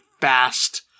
fast